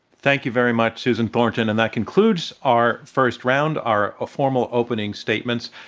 thank you very much, susan thornton. and that concludes our first round, our ah formal opening statements.